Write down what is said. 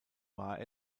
war